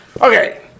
Okay